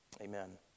Amen